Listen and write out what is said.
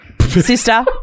sister